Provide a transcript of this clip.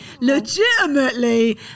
legitimately